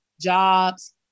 jobs